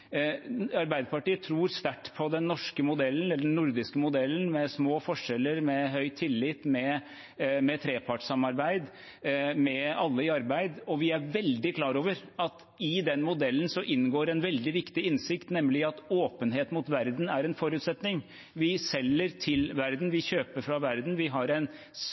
Arbeiderpartiet tror sterkt på den norske modellen, den nordiske modellen, med små forskjeller, høy tillit, med trepartssamarbeid, med alle i arbeid, og vi er veldig klar over at i den modellen inngår en veldig viktig innsikt, nemlig at åpenhet mot verden er en forutsetning. Vi selger til verden. Vi kjøper fra verden. Vi har en